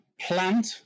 plant